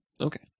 Okay